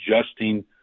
adjusting